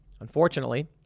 Unfortunately